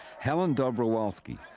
helen dobrowolsky,